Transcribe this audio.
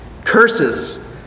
curses